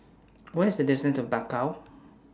What IS The distance to Bakau